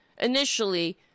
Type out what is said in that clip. initially